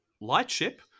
lightship